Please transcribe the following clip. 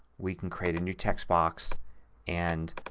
we can create a new text box and